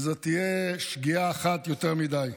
וזו תהיה שגיאה אחת יותר מדי.